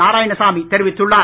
நாராயணசாமி தெரிவித்துள்ளார்